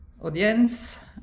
audience